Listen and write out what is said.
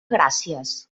gràcies